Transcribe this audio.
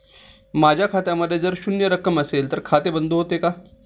माझ्या खात्यामध्ये जर शून्य रक्कम असेल तर खाते बंद होते का?